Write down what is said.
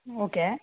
okay